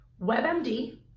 WebMD